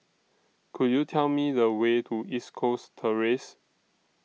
Could YOU Tell Me The Way to East Coast Terrace